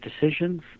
decisions